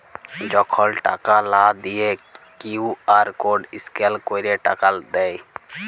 যখল টাকা লা দিঁয়ে কিউ.আর কড স্ক্যাল ক্যইরে টাকা দেয়